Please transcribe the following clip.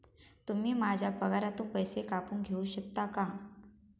तुम्ही माझ्या पगारातून पैसे कापून घेऊ शकता का?